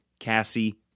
Cassie